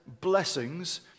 blessings